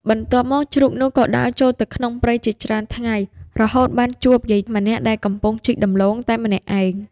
បន្ទាប់មកជ្រូកនោះក៏ដើរចូលទៅក្នុងព្រៃជាច្រើនថ្ងៃ រហូតបានជួបយាយម្នាក់ដែលកំពុងជីកដំឡូងតែម្នាក់ឯង។